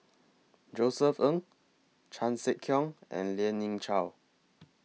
Josef Ng Chan Sek Keong and Lien Ying Chow